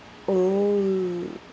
oh